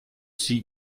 sie